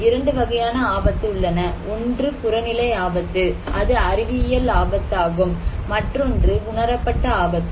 2 வகையான ஆபத்து உள்ளன ஒன்று புறநிலை ஆபத்து அது அறிவியல் ஆபத்து ஆகும் மற்றொன்று உணரப்பட்ட ஆபத்து